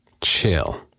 Chill